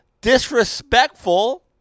disrespectful